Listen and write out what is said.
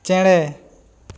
ᱪᱮᱬᱮ